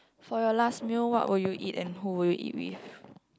for your last meal what will you eat and who will you eat with